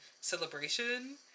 celebration